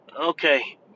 okay